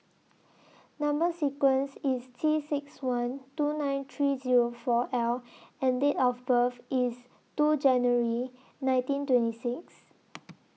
Number sequence IS T six one two nine three Zero four L and Date of birth IS two January nineteen twenty six